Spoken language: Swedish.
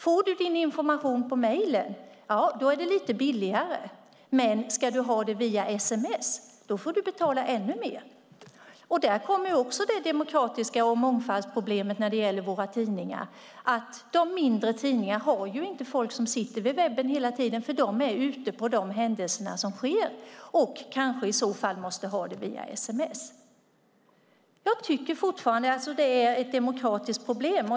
Får du din information på mejlen är det lite billigare, men ska du ha den via sms får du betala ännu mer. Det blir också ett demokrati och mångfaldsproblem när det gäller våra tidningar. De mindre tidningarna har inte folk som sitter vid webben hela tiden, för de är ute och bevakar de händelser som sker och måste kanske ha det via sms. Jag tycker fortfarande att det är ett demokratiskt problem.